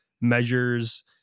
measures